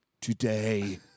today